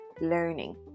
learning